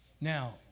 Now